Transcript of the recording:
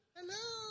Hello